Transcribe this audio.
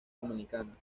dominicana